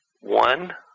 One